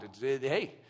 Hey